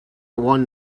won